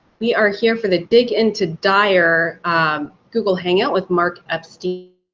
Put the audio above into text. we are here for the dig into dyar google hangout with marc epstein.